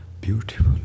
beautiful